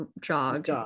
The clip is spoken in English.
jog